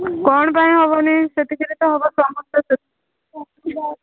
କ'ଣ ପାଇଁ ହେବନି ସେତିକିରେ ହେବ ସମସ୍ତ